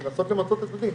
לנסות למצות את הדין.